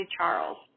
Charles